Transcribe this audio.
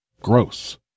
Gross